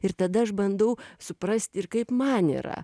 ir tada aš bandau suprast ir kaip man yra